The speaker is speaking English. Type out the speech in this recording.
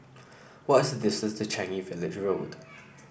what is the distance to Changi Village Road